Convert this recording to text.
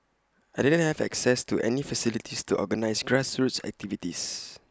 I didn't have access to any facilities to organise grassroots activities